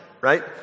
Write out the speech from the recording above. right